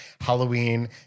Halloween